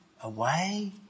away